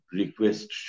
request